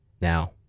now